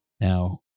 Now